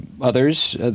others